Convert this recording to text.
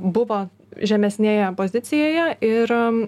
buvo žemesnėje pozicijoje ir